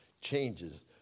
changes